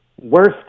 worst